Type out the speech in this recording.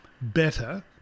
better